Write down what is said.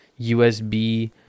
USB